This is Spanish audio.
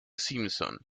simpson